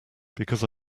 because